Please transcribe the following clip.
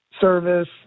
service